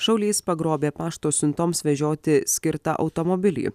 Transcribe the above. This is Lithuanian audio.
šaulys pagrobė pašto siuntoms vežioti skirtą automobilį